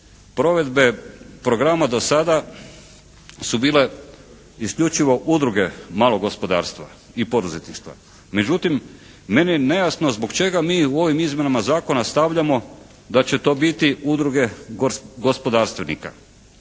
provedbe programa do sada su bile isključivo udruge malog gospodarstva i poduzetništva. Međutim meni je nejasno zbog čega mi u ovim izmjenama zakona stavljamo da će to biti udruge gospodarstvenika.